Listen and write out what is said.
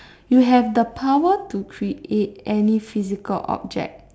you have the power to create any physical object